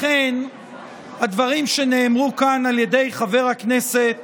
לכן הדברים שנאמרו כאן על ידי חבר הכנסת